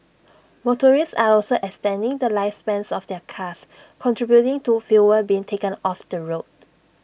motorists are also extending the lifespans of their cars contributing to fewer being taken off the road